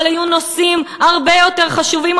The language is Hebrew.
אבל היו נושאים הרבה יותר חשובים,